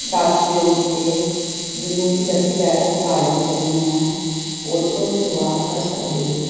ਛੱਤ ਦੇ ਉੱਤੇ ਜਿਹਨੂੰ ਕਿ ਅਸੀਂ ਟੈਰਸ ਗਾਰਡਨ ਕਹਿੰਦੇ ਹਾਂ ਉਹਤੋਂ ਸ਼ੁਰੂਆਤ ਕਰ ਸਕਦੇ ਹੋ